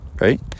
right